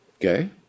Okay